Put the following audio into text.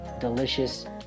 delicious